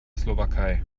slowakei